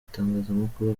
itangazamakuru